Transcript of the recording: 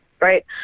right